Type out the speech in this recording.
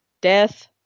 death